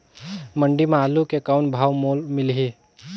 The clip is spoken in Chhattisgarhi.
मंडी म आलू के कौन भाव मोल मिलही?